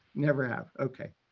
never have, okay.